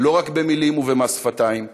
לא רק במילים ובמס שפתיים,